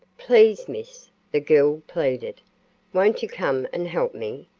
please, miss, the girl pleaded won't you come and help me?